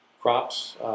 Crops